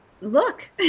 look